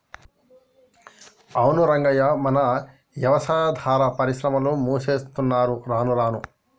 అవును రంగయ్య మన యవసాయాదార పరిశ్రమలు మూసేత్తున్నరు రానురాను